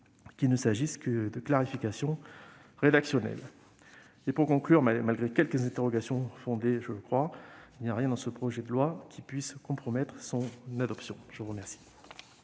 qu'il ne s'agisse que de clarification rédactionnelle ! Pour conclure, malgré quelques interrogations, fondées je le crois, il n'y a rien dans ce projet de loi qui puisse compromettre son adoption. La parole